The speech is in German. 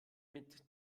mit